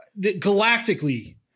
Galactically